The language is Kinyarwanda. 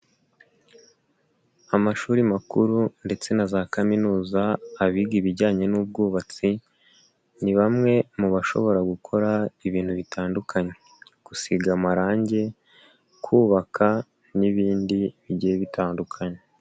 Amashuri makuru ndetse na za kaminuza, abiga ibijyanye n'ubwubatsi, ni bamwe mu bashobora gukora ibintu bitandukanye. Gusiga amarangi, kubaka n'ibindi bigiye bitandukanye.